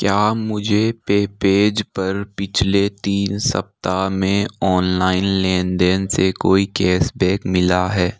क्या मुझे पेपेज पर पिछले तीन सप्ताह में ऑनलाइन लेन देन से कोई कैशबैक मिला है